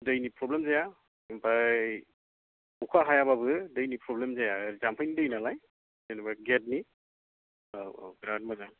दैनि फ्रबलेम गैया आमफाय अखा हायाबाबो दैनि फ्रबलेम जाया जाम्फैनि दै नालाय जेनैबा गेटनि औ औ बिराथ मोजां